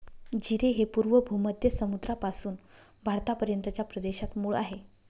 जीरे हे पूर्व भूमध्य समुद्रापासून भारतापर्यंतच्या प्रदेशात मूळ आहे